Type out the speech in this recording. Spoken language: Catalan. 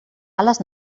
ales